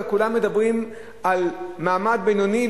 כולם מדברים על מעמד בינוני,